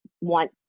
want